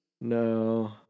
No